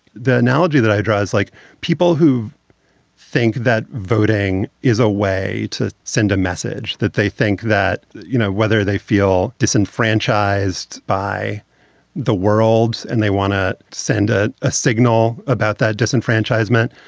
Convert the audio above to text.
the analogy that i draw is like people who think that voting is a way to send a message, that they think that, you know, whether they feel disenfranchised by the world and they want to send a a signal about that disenfranchisement.